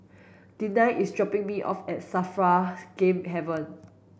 Denine is dropping me off at Game Haven